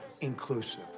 inclusive